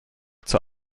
zur